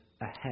ahead